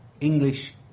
English